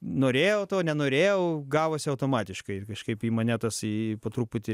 norėjau to nenorėjau gavosi automatiškai kažkaip į mane tas i po truputį